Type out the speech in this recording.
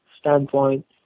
standpoint